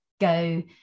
go